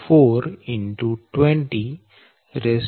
4 2014 19